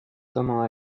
comment